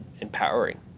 empowering